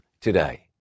today